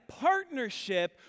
partnership